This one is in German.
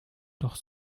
doch